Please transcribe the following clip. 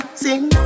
sing